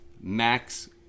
Max